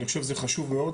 אני חושב שזה חשוב מאוד